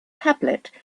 tablet